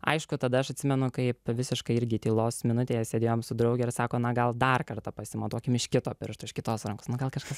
aišku tada aš atsimenu kaip visiškai irgi tylos minutėje sėdėjome su drauge ir sako na gal dar kartą pasimatuokim iš kito piršto iš kitos rankos nu gal kažkas